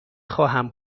خواهم